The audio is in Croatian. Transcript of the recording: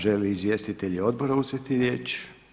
Žele li izvjestitelji odbora uzeti riječ?